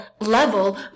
level